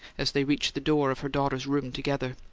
as they reached the door of her daughter's room together.